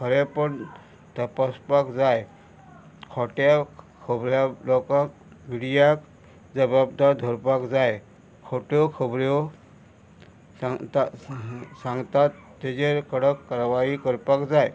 खरेंपण तपासपाक जाय खोट्या खोबऱ्या लोकांक मिडियाक जबाबदार धरपाक जाय खोट्यो खोबऱ्यो सांगता सांगतात तेजेर कडक कवाही कपाक जाय